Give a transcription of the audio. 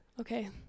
okay